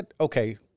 okay